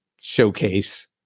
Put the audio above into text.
showcase